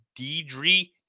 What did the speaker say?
Deidre